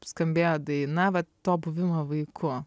skambėjo daina va to buvimo vaiku